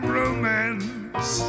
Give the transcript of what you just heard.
romance